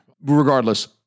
regardless